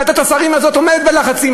ועדת השרים הזאת עומדת בלחצים,